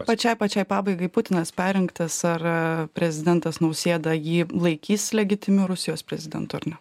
pačiai pačiai pabaigai putinas perrinktas ar prezidentas nausėda jį laikys legitimiu rusijos prezidentu ar ne